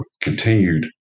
continued